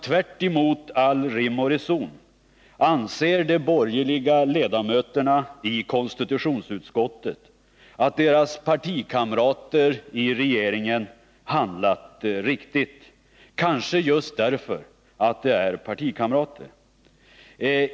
Tvärtemot all rim och reson anser de borgerliga ledamöterna i konstitutionsutskottet i stället att deras partikamrater i regeringen handlat riktigt — kanske just därför att de är partikamrater.